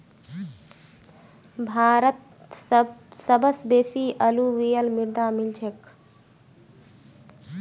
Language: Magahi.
भारतत सबस बेसी अलूवियल मृदा मिल छेक